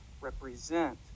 represent